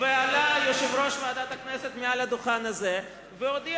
ועלה יושב-ראש הכנסת לדוכן הזה והודיע